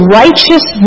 righteous